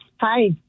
hi